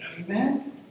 Amen